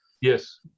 yes